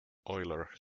euler